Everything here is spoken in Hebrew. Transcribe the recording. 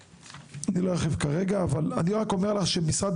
אני לא ארחיב אבל רק אומר לך שמשרד